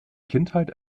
kindheit